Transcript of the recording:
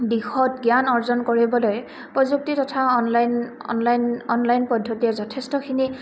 দিশত জ্ঞান অৰ্জন কৰিবলৈ প্ৰযুক্তি তথা অনলাইন অনলাইন অনলাইন পদ্ধতিৰে যথেষ্টখিনি